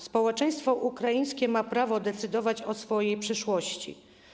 Społeczeństwo ukraińskie ma prawo decydować o swojej przyszłości.